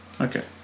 okay